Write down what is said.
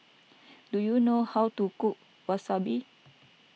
do you know how to cook Wasabi